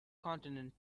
continent